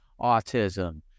autism